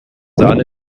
sahne